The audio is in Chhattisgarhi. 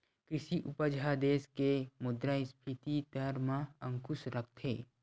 कृषि उपज ह देस के मुद्रास्फीति दर म अंकुस रखथे